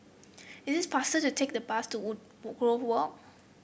it is faster to take the bus to Wood Woodgrove Walk